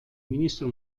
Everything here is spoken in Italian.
ministro